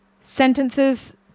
sentences